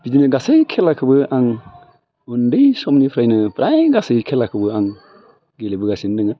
बिदिनो गासै खेलाखौबो आं उन्दै समनिफ्रायनो फ्राय गासै खेलाखौबो आं गेलेबोगासिनो दङ